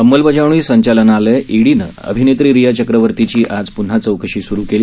अंमलबजावणी संचालनालय ईडीने अभिनेत्री रिया चक्रवर्तीची आज प्न्हा चौकशी स्रू केली